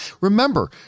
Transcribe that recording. Remember